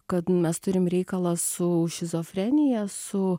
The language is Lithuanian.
kad mes turim reikalą su šizofrenija su